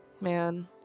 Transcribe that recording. Man